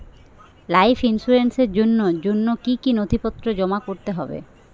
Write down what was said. Life ইন্সুরেন্সর জন্য জন্য কি কি নথিপত্র জমা করতে হবে?